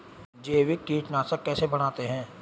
जैविक कीटनाशक कैसे बनाते हैं?